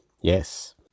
Yes